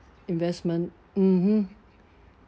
investment mmhmm